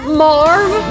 marv